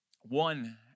One